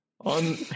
On